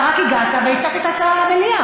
אתה רק הגעת והצתת את כל המליאה.